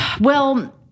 well-